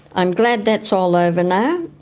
i'm glad that's all over now.